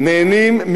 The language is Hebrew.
לא,